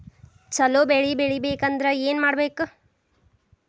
ಛಲೋ ಬೆಳಿ ತೆಗೇಬೇಕ ಅಂದ್ರ ಏನು ಮಾಡ್ಬೇಕ್?